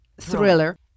thriller